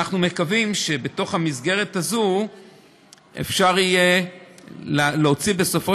אנחנו מקווים שבמסגרת הזאת אפשר יהיה להוציא בסופו